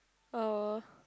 oh